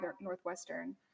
northwestern